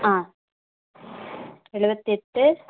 ஆ எழுவத்தி எட்டு